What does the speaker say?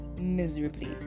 miserably